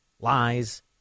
Lies